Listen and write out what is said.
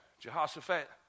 Jehoshaphat